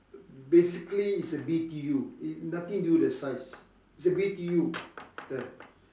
basically is the B_T_U it nothing to do with the size is the B_T_U the